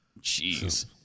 Jeez